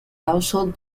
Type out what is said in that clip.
household